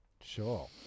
Sure